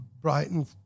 Brighton